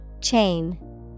Chain